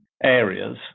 areas